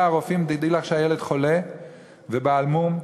הרופאים: תדעי לך שהילד חולה ובעל מום,